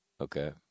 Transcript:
okay